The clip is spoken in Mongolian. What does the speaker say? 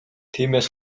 тиймээс